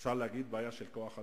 אפשר להגיד: בעיה של כוח-אדם,